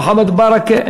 מוחמד ברכה,